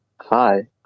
Hi